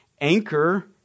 anchor